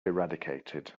eradicated